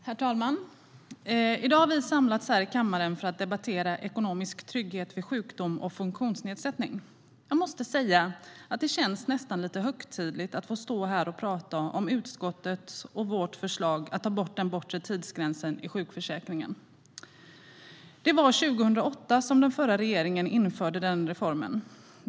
Herr talman! I dag har vi samlats här i kammaren för att debattera ekonomisk trygghet vid sjukdom och funktionsnedsättning. Jag måste säga att det nästan känns lite högtidligt att få stå här och prata om utskottets och vårt förslag att ta bort den bortre tidsgränsen i sjukförsäkringen. Det var 2008 som den förra regeringen införde den reformen.